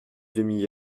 demi